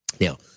Now